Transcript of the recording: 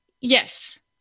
yes